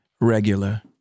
regular